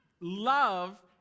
love